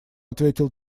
ответил